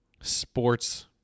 sports